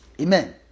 Amen